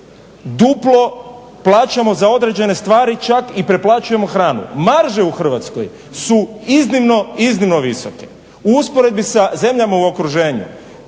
Duplo plaćamo za određene stvari čak i preplaćujemo hranu. Marže u Hrvatskoj su iznimno, iznimno visoke u usporedbi sa zemljama u okruženju.